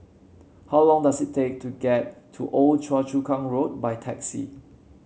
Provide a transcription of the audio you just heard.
how long does it take to get to Old Choa Chu Kang Road by taxi